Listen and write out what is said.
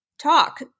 talk